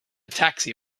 taxi